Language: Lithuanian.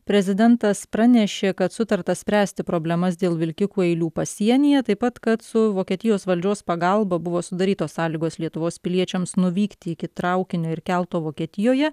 prezidentas pranešė kad sutarta spręsti problemas dėl vilkikų eilių pasienyje taip pat kad su vokietijos valdžios pagalba buvo sudarytos sąlygos lietuvos piliečiams nuvykti iki traukinio ir kelto vokietijoje